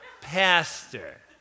pastor